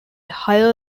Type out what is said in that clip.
higher